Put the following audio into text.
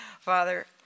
Father